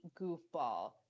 goofball